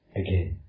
again